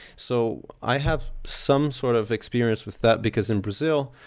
so i have some sort of experience with that because in brazil,